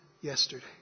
yesterday